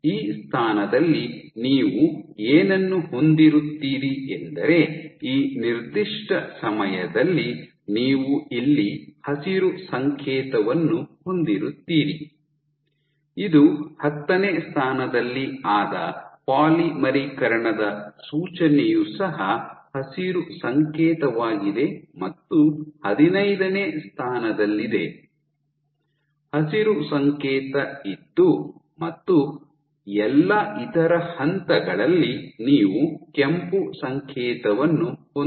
ಈ ಸ್ಥಾನದಲ್ಲಿ ನೀವು ಏನನ್ನು ಹೊಂದಿರುತ್ತೀರಿ ಎಂದರೆ ಈ ನಿರ್ದಿಷ್ಟ ಸಮಯದಲ್ಲಿ ನೀವು ಇಲ್ಲಿ ಹಸಿರು ಸಂಕೇತವನ್ನು ಹೊಂದಿರುತ್ತೀರಿ ಇದು ಹತ್ತನೇ ಸ್ಥಾನದಲ್ಲಿ ಆದ ಪಾಲಿಮರೀಕರಣದ ಸೂಚನೆಯೂ ಸಹ ಹಸಿರು ಸಂಕೇತವಾಗಿದೆ ಮತ್ತು ಹದಿನೈದನೇ ಸ್ಥಾನದಲ್ಲಿದೆ ಹಸಿರು ಸಂಕೇತ ಇದ್ದು ಮತ್ತು ಎಲ್ಲಾ ಇತರ ಹಂತಗಳಲ್ಲಿ ನೀವು ಕೆಂಪು ಸಂಕೇತವನ್ನು ಹೊಂದಿರುತ್ತೀರಿ